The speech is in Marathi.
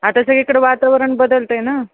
आता सगळीकडं वातावरण बदलत आहे ना